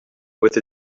with